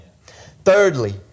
Thirdly